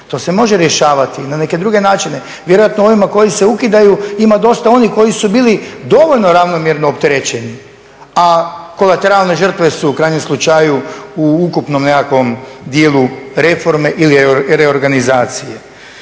To se može rješavati na neke druge načine. Vjerojatno u ovima koji se ukidaju ima dosta onih koji su bili dovoljno ravnomjerno opterećeni, a kolateralne žrtve su u krajnjem slučaju u ukupnom nekakvom dijelu reforme ili reorganizacije.